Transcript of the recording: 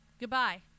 Goodbye